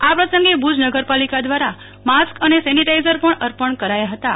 આ પ્રસંગે ભુજ નગરપાલિકા દ્વારા માસ્ક અને સેનિટાઇઝર પણ અર્પણ કરાયાં હતાં